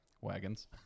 wagons